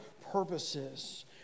purposes